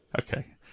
Okay